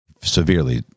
Severely